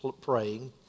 praying